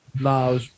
No